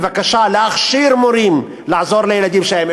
בבקשה להכשיר מורים לעזור לילדים שלהם.